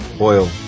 oil